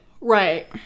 right